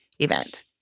event